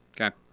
Okay